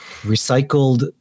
recycled